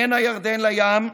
בין הירדן לים,